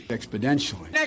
Exponentially